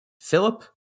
Philip